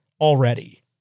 already